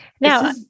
Now